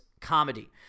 Comedy